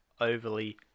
overly